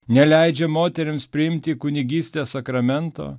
neleidžia moterims priimti kunigystės sakramento